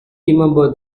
remembered